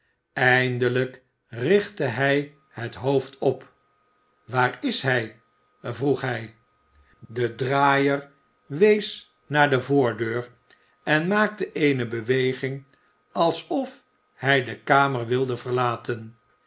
eindelijk richtte hij het hoofd op waar is hij vroeg hij de draaier wees naar de voordeur en maakte eene beweging alsof hij de kamer wilde verlaten